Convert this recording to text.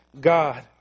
God